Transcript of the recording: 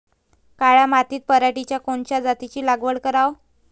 काळ्या मातीत पराटीच्या कोनच्या जातीची लागवड कराव?